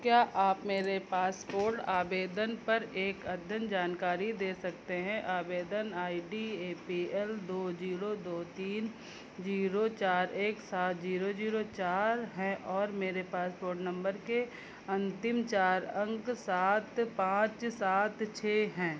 क्या आप मेरे पासपोर्ट आवेदन पर एक अदद जानकारी दे सकते हैं आवेदन I D A P L दो जीरो दो तीन जीरो चार एक सात जीरो जीरो चार हैं और मेरे पासपोर्ट नंबर के अंतिम चार अंक सात पाँच सात छः हैं